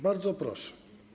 Bardzo proszę.